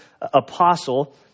apostle